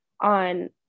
on